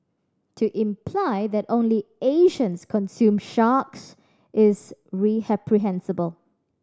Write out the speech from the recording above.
to imply that only Asians consume sharks is